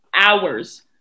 hours